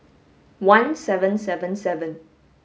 one seven seven seven